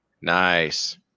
Nice